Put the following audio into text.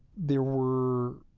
there were